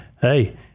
Hey